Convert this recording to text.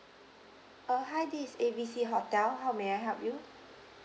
uh hi this is A B C hotel how may I help you